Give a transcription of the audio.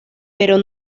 pero